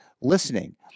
listening